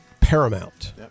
paramount